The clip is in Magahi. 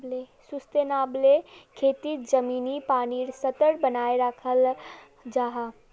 सुस्तेनाब्ले खेतित ज़मीनी पानीर स्तर बनाए राखाल जाहा